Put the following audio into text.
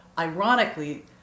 Ironically